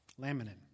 laminin